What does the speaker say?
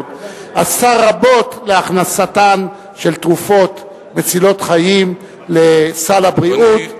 האחרונות עשה רבות להכנסת תרופות מצילות חיים לסל הבריאות.